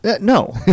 No